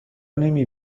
نمی